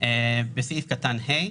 (ה)בסעיף קטן (ה)